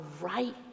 right